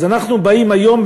ואנחנו באים היום,